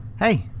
Hey